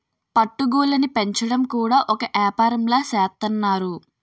పట్టు గూళ్ళుని పెంచడం కూడా ఒక ఏపారంలా సేత్తన్నారు